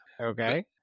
Okay